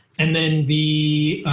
and then the